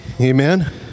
Amen